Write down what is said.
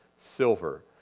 silver